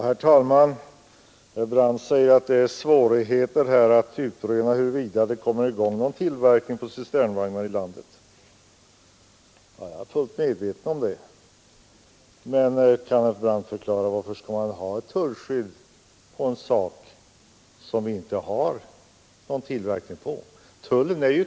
Herr talman! Herr Brandt säger att det är svårt att utröna huruvida det kommer i gång någon tillverkning av cisternvagnar i landet. Jag är fullt medveten om det. Men kan herr Brandt förklara varför man skall ha ett tullskydd på en sak som vi inte har någon tillverkning av?